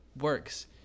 works